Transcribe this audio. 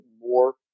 more